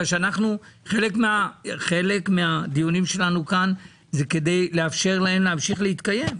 חלק מהדיונים שלנו כאן הם כדי לאפשר לתעשיינים להמשיך להתקיים.